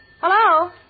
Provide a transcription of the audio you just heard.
Hello